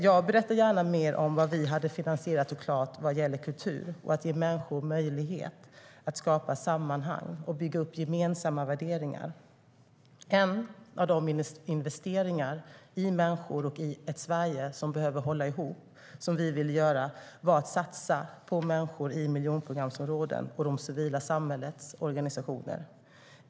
Jag berättar gärna mer om vad vi hade finansierat och klart vad gäller kultur och att ge människor möjligheter att skapa sammanhang och bygga upp gemensamma värderingar. En av de investeringar i människor och i ett Sverige som behöver hålla ihop som vi ville göra var att satsa på människor i miljonprogramsområdena, på det civila samhällets organisationer.